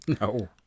No